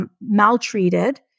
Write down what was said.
Maltreated